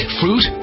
fruit